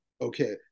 okay